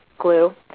glue